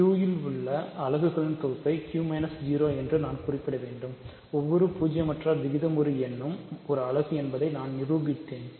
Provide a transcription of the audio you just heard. Q இல் உள்ள அலகுகளின் தொகுப்பை Q 0 என்று நான் குறிப்பிட வேண்டும் ஒவ்வொரு பூஜ்ஜியமற்ற விகிதமுறு எண்ணும் ஒரு அலகு என்பதை நான் நிரூபித்தேன்